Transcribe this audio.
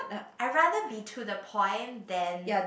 I rather be to the point than